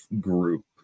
group